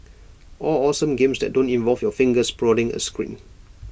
all awesome games that don't involve your fingers prodding A screen